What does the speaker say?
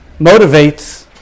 motivates